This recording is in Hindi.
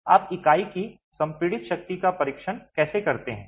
आप इकाई की संपीड़ित शक्ति का परीक्षण कैसे करते हैं